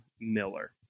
Miller